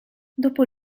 dopo